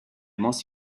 most